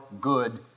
good